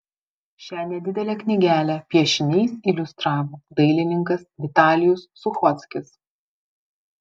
šią nedidelę knygelę piešiniais iliustravo dailininkas vitalijus suchockis